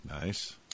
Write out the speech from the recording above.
Nice